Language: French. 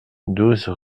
douze